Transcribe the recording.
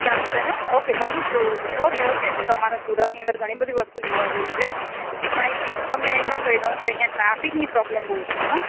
ચાલશે ને ઓકે બધું જોવું છે ઓકે ઓકે એમ તો મારા સુરતની અંદર ઘણી બધી વસ્તુ જોવા જેવી છે પણ એક બીજુ તમને એ પણ કહી દઉં કે અહીં ટ્રાફિકની પ્રોબ્લેમ બહુ છે